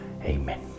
Amen